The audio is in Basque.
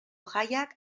jaiak